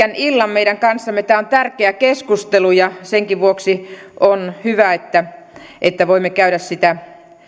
meidän kanssamme tämä on tärkeä keskustelu ja senkin vuoksi on hyvä että voimme käydä sitä